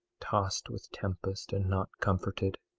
tossed with tempest, and not comforted!